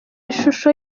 ishusho